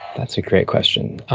that's a great question.